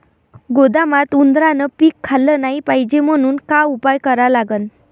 गोदामात उंदरायनं पीक खाल्लं नाही पायजे म्हनून का उपाय करा लागन?